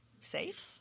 Safe